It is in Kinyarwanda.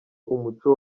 umuco